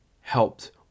helped